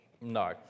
No